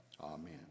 amen